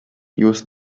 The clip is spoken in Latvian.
jūs